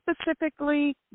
specifically